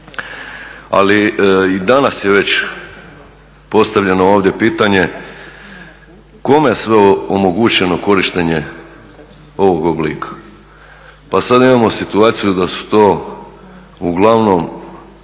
Ali i danas je već postavljeno ovdje pitanje, kome je sve omogućeno korištenje ovog oblika? Pa sada imamo situaciju da su to uglavnom,